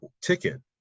ticket